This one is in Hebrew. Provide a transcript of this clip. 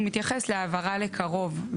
הוא מתייחס להעברה לקרוב.